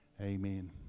Amen